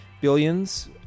Billions